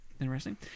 Interesting